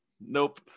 Nope